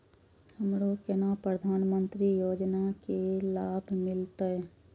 हमरो केना प्रधानमंत्री योजना की लाभ मिलते?